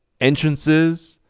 entrances